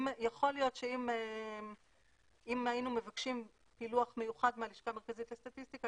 יכול להיות שאם היינו מבקשים פילוח מיוחד מהלשכה המרכזית לסטטיסטיקה,